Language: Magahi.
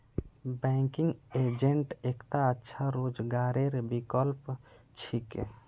बैंकिंग एजेंट एकता अच्छा रोजगारेर विकल्प छिके